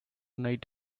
night